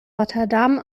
rotterdam